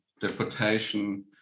deportation